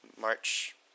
March